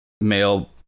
male